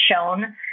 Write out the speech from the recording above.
shown